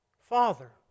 father